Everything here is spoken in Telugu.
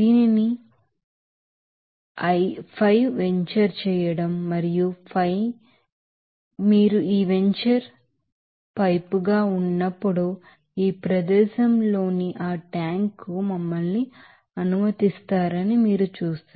దీనిని మీకు తెలుసు 5 వెంచర్ చేయడం 5 మరియు మీరు ఈ వెంచర్ పైప్ గా ఉన్నప్పుడు ఈ ప్రదేశంలో నిఆ ట్యాంక్ కు మమ్మల్ని అనుమతిస్తారని మీరు చూస్తారు